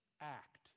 act